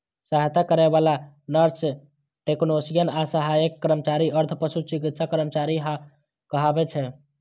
सहायता करै बला नर्स, टेक्नेशियन आ सहायक कर्मचारी अर्ध पशु चिकित्सा कर्मचारी कहाबै छै